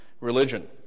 religion